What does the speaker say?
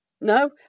No